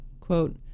quote